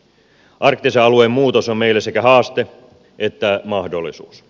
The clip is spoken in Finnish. arktisen alueen muutos on meille sekä haaste että mahdollisuus